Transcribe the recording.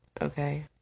Okay